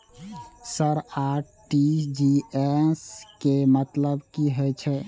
Sir RTGS के मतलब की हे छे?